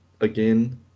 again